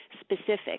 specific